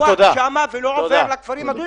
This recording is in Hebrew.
תקוע שם ולא עובר לכפרים הדרוזיים?